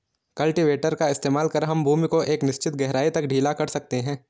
cultivator का इस्तेमाल कर हम भूमि को एक निश्चित गहराई तक ढीला कर सकते हैं